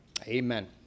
Amen